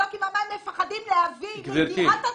ומפחדים להביא לידיעת הציבור,